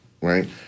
right